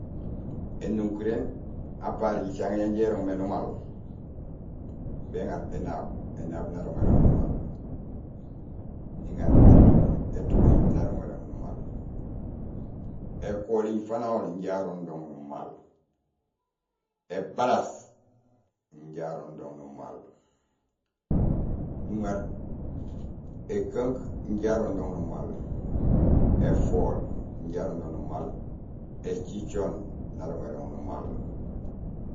Énukuréén apart jicaŋéén yanja érooŋ mé numaal: béŋaar énaab, énaab, naroŋérooŋ numaal, niŋaar étuguñ, étuguñ naroŋérooŋ numaal, ékoling fanahol inja aronrong numaal, ébalaas inja aronrong numaal, nuŋar ékunk inja aronrong numaal, éfool inja aronrong numaal, écicoon naroŋérong numaal.